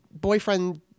boyfriend